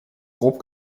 grob